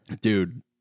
Dude